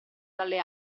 dalle